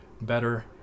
better